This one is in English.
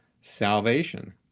salvation